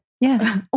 Yes